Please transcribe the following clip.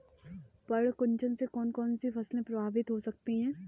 पर्ण कुंचन से कौन कौन सी फसल प्रभावित हो सकती है?